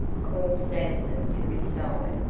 called sampson to his side,